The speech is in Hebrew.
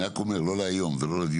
אני רק אומר, לא להיום, זה לא לדיון.